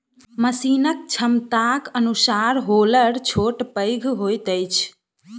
मशीनक क्षमताक अनुसार हौलर छोट पैघ होइत छै